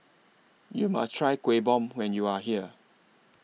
YOU must Try Kueh Bom when YOU Are here